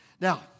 Now